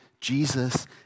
Jesus